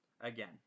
again